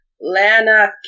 Lana